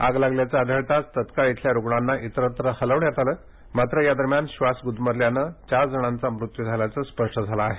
आग लागल्याचं आढळताच तत्काळ इथल्या रुग्णाना इतरत्र हलवण्यात आलं मात्र त्या दरम्यान श्वास गुदमरल्यानं या चार जणांचा मृत्यू झाल्याचं स्पष्ट झालं आहे